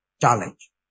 challenge